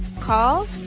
call